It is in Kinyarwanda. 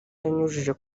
yanyujije